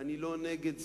- ואני לא נגד זה,